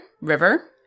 River